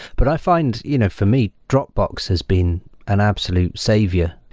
but i find, you know for me, dropbox has been an absolute savior.